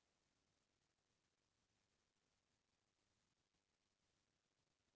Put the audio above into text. जानकारी धन योजना म खाता ल कइसे खोलवा सकथन?